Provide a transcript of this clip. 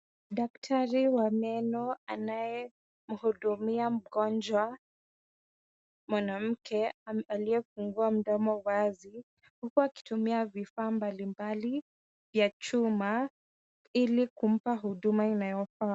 Daktari wa meno anayemhudumia mgonjwa mwanamke aliyefungua mdomo wazi huku akitumia vifaa mbalimbali ya chuma ili kumpa huduma inayofaa.